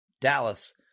Dallas